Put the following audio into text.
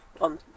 on